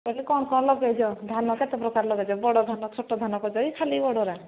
ମୁଁ କହିଲି କ'ଣ କ'ଣ ଲଗେଇଛ ଧାନ କେତେ ପ୍ରକାର ଲଗେଇଛ ବଡ଼ ଧାନ ଛୋଟ ଧାନ କି ଏଇ ଖାଲି ବଡ଼ଗୁଡ଼ା